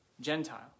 Gentile